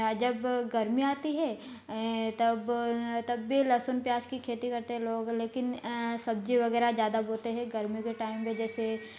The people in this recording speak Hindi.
जब गर्मी आती है तब तब भी लहसुन प्याज की खेती करते हैं लोग लेकिन सब्जी वगैरह ज्यादा बोते हैं गर्मी के टाइम में जैसे